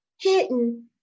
hidden